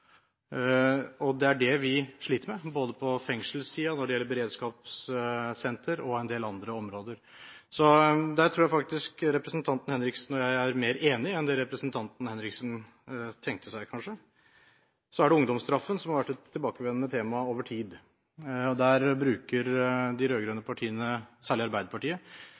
og på en del andre områder. Her tror jeg representanten Henriksen og jeg faktisk er mer enig enn det representanten Henriksen kanskje hadde tenkt seg. Så til ungdomsstraffen, som over tid har vært et tilbakevendende tema. Her bruker de rød-grønne partiene, særlig Arbeiderpartiet,